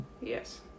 yes